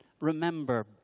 remember